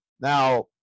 Now